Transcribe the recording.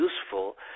useful